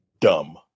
dumb